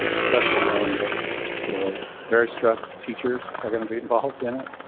especially, knowing that you know very stressed teachers are going to be involved in it.